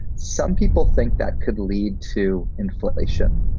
some people think that could lead to inflation.